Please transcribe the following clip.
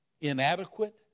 inadequate